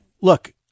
look